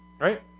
Right